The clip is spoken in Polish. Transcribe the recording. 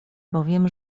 bowiem